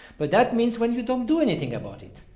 but that means when you don't do anything about it.